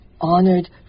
honored